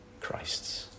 Christ's